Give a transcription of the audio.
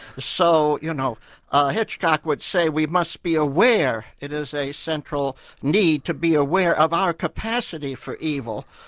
so you know ah hitchcock would say we must be aware, it is a central need to be aware of our capacity for evil,